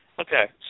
Okay